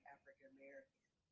African-American